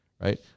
right